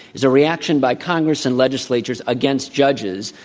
is a reaction by congress and legislatures against judges,